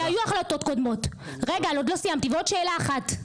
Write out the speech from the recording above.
כי היו החלטות קודמות ועוד שאלה אחת,